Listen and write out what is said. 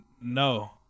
no